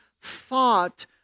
thought